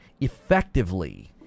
effectively